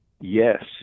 yes